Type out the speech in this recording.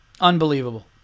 Unbelievable